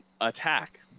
attack